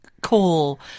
call